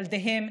ילדיהם,